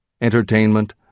entertainment